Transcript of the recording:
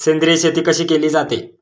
सेंद्रिय शेती कशी केली जाते?